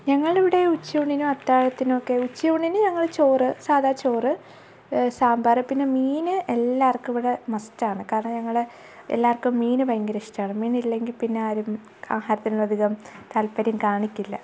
ഞങ്ങളിവിടെ ഉച്ച ഊണിനു അത്താഴത്തിനുവൊക്കെ ഉച്ച ഊണിന് ഞങ്ങൾ ചോറ് സാധാ ചോറ് സാമ്പാർ പിന്നെ മീൻ എല്ലാവർക്കും ഇവിടെ മസ്റ്റാണ് കാരണം ഞങ്ങൾ എല്ലാവർക്കും മീൻ ഭയങ്കര ഇഷ്ടമാണ് മീനില്ലെങ്കിൽ പിന്നാരും ആഹാരത്തിനധികം താല്പര്യം കാണിക്കില്ല